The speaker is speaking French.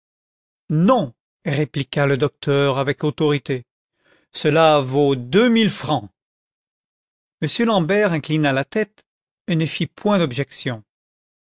non répliqua le doetour avec autorité cela vaut deux mille francs m l'ambert inclina la tête et ne fit point d'objection